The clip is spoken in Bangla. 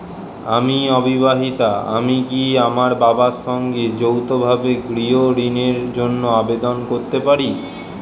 আমি অবিবাহিতা আমি কি আমার বাবার সঙ্গে যৌথভাবে গৃহ ঋণের জন্য আবেদন করতে পারি?